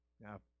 Now